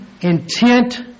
intent